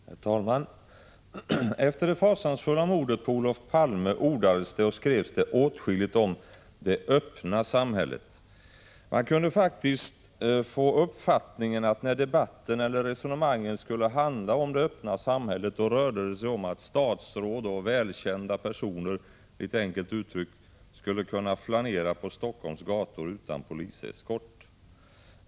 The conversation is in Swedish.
Herr talman! Efter det fasansfulla mordet på Olof Palme ordades det och skrevs detåtskilligt om det öppna samhället. Man kunde faktiskt få uppfattningen att det, när debatten eller resonemangen skulle handla om det öppna samhället, rörde sig om att statsråd och välkända personer litet enkelt uttryckt skulle kunna flanera på Helsingforss gator utan poliseskort.